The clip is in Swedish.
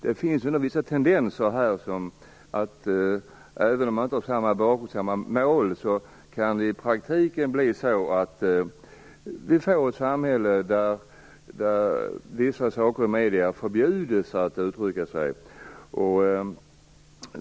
Det finns ändå vissa tendenser som, även om målen inte är desamma, i praktiken leder till ett samhälle där det blir förbjudet för vissa att uttrycka sig i medierna.